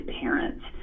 parents